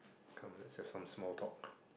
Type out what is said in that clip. come let's have some small talk